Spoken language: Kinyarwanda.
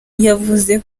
yavuze